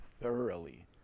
thoroughly